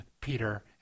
peter